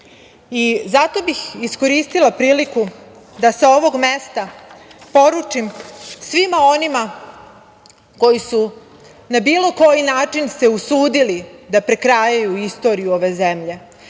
bih iskoristila priliku da sa ovog mesta poručim svima onima koji su na bilo koji način se usudili da prekrajaju istoriju ove zemlje,